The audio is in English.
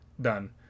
done